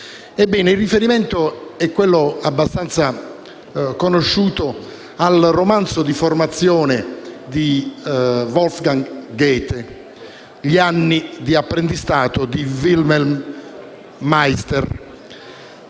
Il riferimento è quello abbastanza conosciuto al romanzo di formazione di Wolfgang Goethe «Gli anni di apprendistato di Wilhelm Meister»